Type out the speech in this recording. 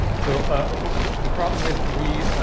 so ah but the problem is we